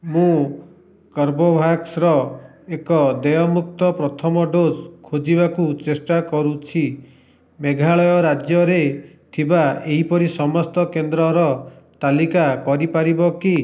ମୁଁ କର୍ବେଭ୍ୟାକ୍ସର ଏକ ଦେୟମୁକ୍ତ ପ୍ରଥମ ଡୋଜ୍ ଖୋଜିବାକୁ ଚେଷ୍ଟା କରୁଛି ମେଘାଳୟ ରାଜ୍ୟରେ ଥିବା ଏହିପରି ସମସ୍ତ କେନ୍ଦ୍ରର ତାଲିକା କରିପାରିବ କି